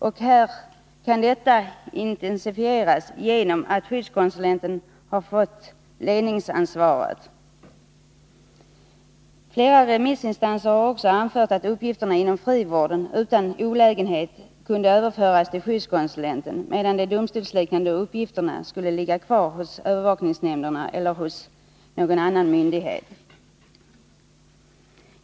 Detta samarbete kan intensifieras genom att skyddskonsulenten får ledningsansvaret. Flera remissinstanser har också anfört att uppgifterna inom frivården utan olägenhet kan överföras till skyddskonsulenten, medan de domstolsliknande uppgifterna skall ligga kvar hos övervakningsnämnderna eller hos annan myndighet.